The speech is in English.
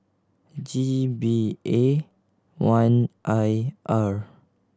G B A one I R